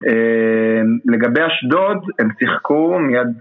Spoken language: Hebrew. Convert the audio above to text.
לגבי אשדוד הם שיחקו מיד